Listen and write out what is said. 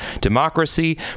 democracy